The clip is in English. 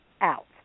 out